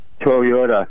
Toyota